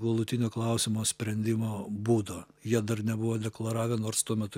galutinio klausimo sprendimo būdo jie dar nebuvo deklaravę nors tuo metu